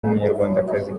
n’umunyarwandakazi